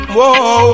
Whoa